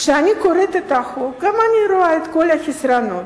כשאני קוראת את החוק גם אני רואה את כל החסרונות,